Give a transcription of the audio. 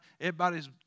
Everybody's